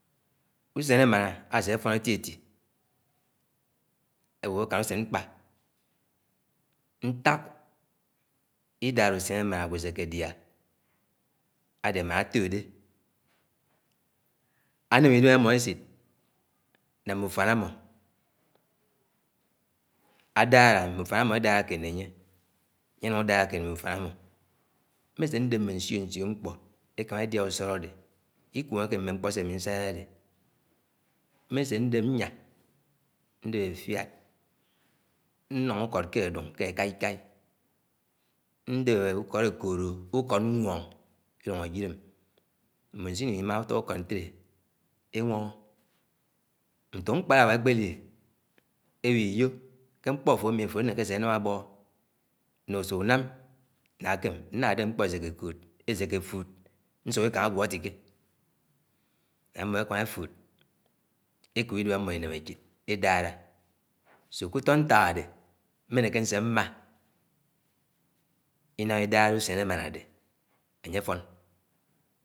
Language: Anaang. ùsén émáná asé àfón ètí-etí ewó akán úsén mkpã. Nták ìdárá ùsén émãná àgwò sé ké adẽ mán otódẽ áném ìdẽm àmó esit nè mmúfán amó, ádárá mmé ùfán amó édárá kéed né ánye, ánye núng àdárá kéed né úfán ámo mm̃e sé ndép mmé nsíó-nsíó mkpó èkámá èdiá ùchọlọ adé. Ikwéngéké mm̃ọ mkpó sé amí nsai adé, mmé sé ndép nyá, ndép efiàd, nuñg ukọd ké ádùng ké akáíkál. ndép ukọd ekóló ùkọd nwóng itũng ajid mí mmé asinúng èmá ùtọ ukód ntélé enwoñgó. Ntùk m̃kpáráwá ekpé ali, ewì iyò ke mkpo àfo àmi àfó anéké sé anám abọhọ nuñg sọk nam̃ ná ákám, nná dép mkpó eséké fuúd nsúkikáng agúọ atíké am̃o ekámá fuúd ékób, idém am̃o ìnéméchid èdáká kú-utó nták adé mmé néké nsè mmá inám ìdárá ùsén èmáná ányé afón.